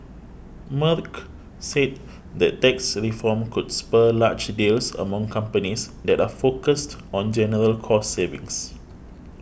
Merck said that tax reform could spur large deals among companies that are focused on general cost savings